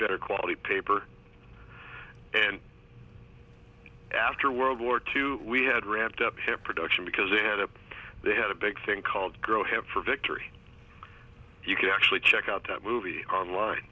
better quality paper and after world war two we had ramped up here production because they had a they had a big thing called grow hemp for victory you can actually check out that movie online